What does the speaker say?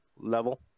level